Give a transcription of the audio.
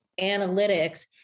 analytics